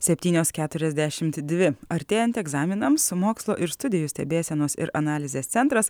septynios keturiasdešimt dvi artėjant egzaminams mokslo ir studijų stebėsenos ir analizės centras